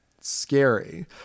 scary